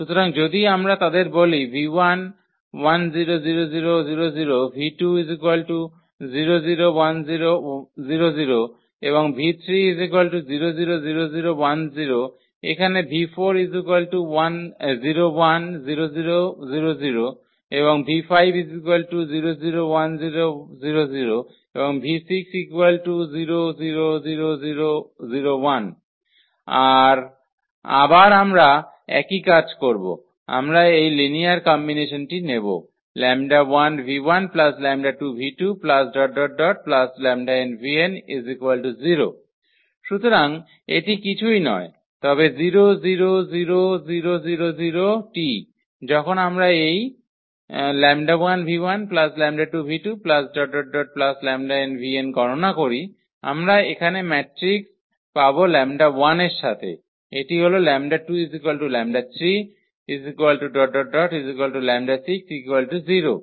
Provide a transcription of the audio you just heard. সুতরাং যদি আমরা তাদের বলি এবং এখানে এবং এবং আর আবার আামরা একই কাজ করব আমরা এই লিনিয়ার কম্বিনেশনটি নেব সুতরাং এটি কিছুই নয় তবে 0 0 0 0 0 0𝑇 যখন আমরা এই 𝜆1𝑣1 𝜆2𝑣2 ⋯ 𝜆𝑛𝑣𝑛 গণনা করি আমরা এখানে মেট্রিক্স পাব 𝜆1 এর সাথে এটি হল 𝜆2 𝜆3 ⋯ 𝜆6 0